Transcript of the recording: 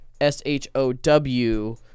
S-H-O-W